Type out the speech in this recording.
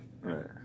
right